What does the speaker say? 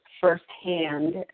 first-hand